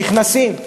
נכנסים.